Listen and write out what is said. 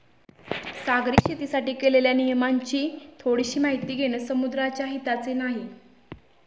सागरी शेतीसाठी केलेल्या नियमांची थोडीशी माहिती घेणे समुद्राच्या हिताचे नाही